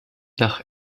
nach